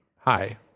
Hi